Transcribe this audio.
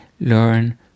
learn